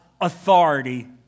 authority